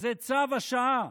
זה צו השעה,